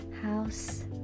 house